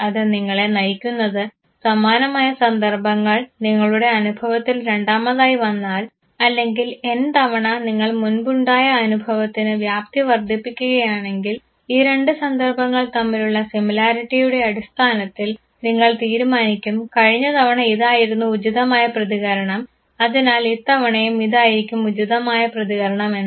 അത് നിങ്ങളെ നയിക്കുന്നത് സമാനമായ സന്ദർഭങ്ങൾ നിങ്ങളുടെ അനുഭവത്തിൽ രണ്ടാമതായി വന്നാൽ അല്ലെങ്കിൽ 'n' തവണ നിങ്ങൾ മുൻപുണ്ടായ അനുഭവത്തിന് വ്യാപ്തി വർദ്ധിപ്പിക്കുകയാണെങ്കിൽ ഈ രണ്ട് സന്ദർഭങ്ങൾ തമ്മിലുള്ള സിമിലാരിറ്റിയുടെ അടിസ്ഥാനത്തിൽ നിങ്ങൾ തീരുമാനിക്കും കഴിഞ്ഞതവണ ഇതായിരുന്നു ഉചിതമായ പ്രതികരണം അതിനാൽ ഇത്തവണയും ഇതായിരിക്കും ഉചിതമായ പ്രതികരണമെന്ന്